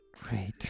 great